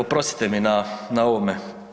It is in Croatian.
Oprostite mi na ovome.